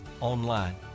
online